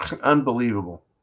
Unbelievable